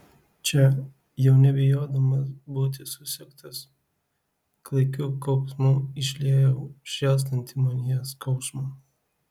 čia jau nebijodamas būti susektas klaikiu kauksmu išliejau šėlstantį manyje skausmą